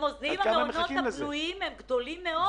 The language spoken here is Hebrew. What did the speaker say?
במוסדיים המעונות הבנויים גדולים מאוד,